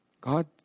God